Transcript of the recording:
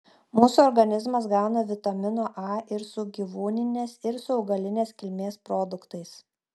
mūsų organizmas gauna vitamino a ir su gyvūninės ir su augalinės kilmės produktais